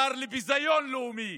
שר לביזיון לאומי,